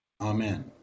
Amen